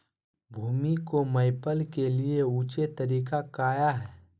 भूमि को मैपल के लिए ऊंचे तरीका काया है?